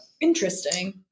Interesting